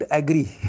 agree